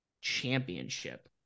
Championship